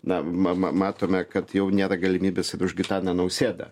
na mama matome kad jau nėra galimybės ir už gitaną nausėdą